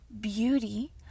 beauty